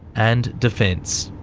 and defence.